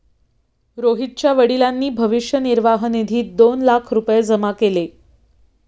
रोहितच्या वडिलांनी भविष्य निर्वाह निधीत दोन लाख रुपये जमा केले